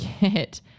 get